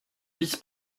vice